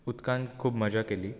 उदकान खूब मजा केली